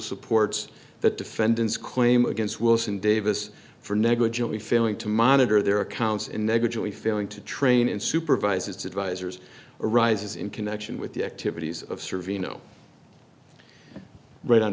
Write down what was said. supports that defendant's claim against wilson davis for negligently failing to monitor their accounts and negligently failing to train and supervise its advisors arises in connection with the activities of servia no right on